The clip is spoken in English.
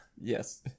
Yes